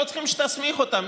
לא צריכים שתסמיך אותם.